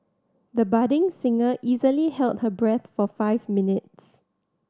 the budding singer easily held her breath for five minutes